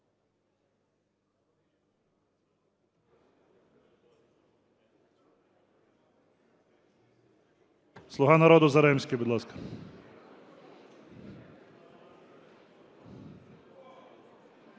"Слуга народу", Заремський, будь ласка.